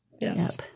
yes